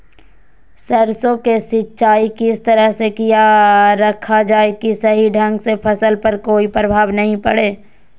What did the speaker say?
सरसों के सिंचाई किस तरह से किया रखा जाए कि सही ढंग से फसल पर कोई प्रभाव नहीं पड़े?